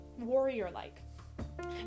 warrior-like